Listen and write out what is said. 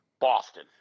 Boston